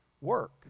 work